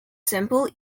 simple